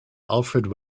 alfred